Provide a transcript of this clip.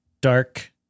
Dark